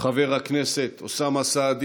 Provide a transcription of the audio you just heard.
חבר הכנסת אוסאמה סעדי